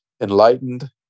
enlightened